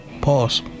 Pause